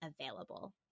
available